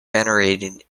venerated